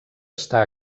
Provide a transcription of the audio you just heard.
està